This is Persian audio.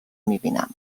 میبینم